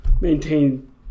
maintain